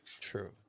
True